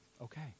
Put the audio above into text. okay